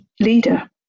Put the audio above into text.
leader